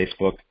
Facebook